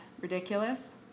ridiculous